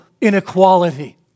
inequality